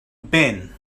been